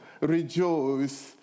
rejoice